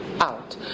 out